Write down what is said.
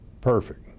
Perfect